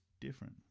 different